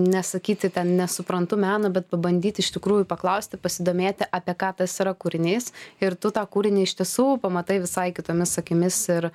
nesakyti ten nesuprantu meno bet pabandyti iš tikrųjų paklausti pasidomėti apie ką tas yra kūrinys ir tu tą kūrinį iš tiesų pamatai visai kitomis akimis ir